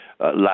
last